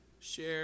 Share